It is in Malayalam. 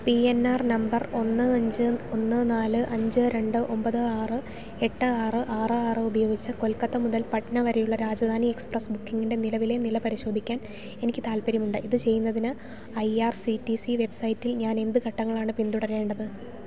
പി എൻ ആർ നമ്പർ ഒന്ന് അഞ്ച് ഒന്ന് നാല് അഞ്ച് രണ്ട് ഒമ്പത് ആറ് എട്ട് ആറ് ആറ് ആറ് ഉപയോഗിച്ച് കൊൽക്കത്ത മുതൽ പട്ന വരെയുള്ള രാജധാനി എക്സ്പ്രസ് ബുക്കിങ്ങിന്റെ നിലവിലെ നില പരിശോധിക്കാൻ എനിക്കു താൽപ്പര്യമുണ്ട് ഇതു ചെയ്യുന്നതിന് I R C T C വെബ്സൈറ്റിൽ ഞാനെന്തു ഘട്ടങ്ങളാണു പിൻതുടരേണ്ടത്